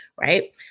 right